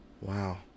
Wow